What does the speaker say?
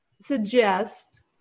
suggest